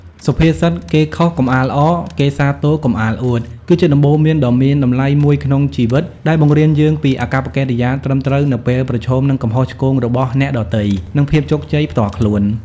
សុភាសិត "គេខុសកុំអាលអរ គេសាទរកុំអាលអួត" គឺជាដំបូន្មានដ៏មានតម្លៃមួយក្នុងជីវិត ដែលបង្រៀនយើងពីអាកប្បកិរិយាត្រឹមត្រូវនៅពេលប្រឈមនឹងកំហុសឆ្គងរបស់អ្នកដទៃ និងភាពជោគជ័យផ្ទាល់ខ្លួន។